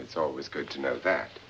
it's always good to know that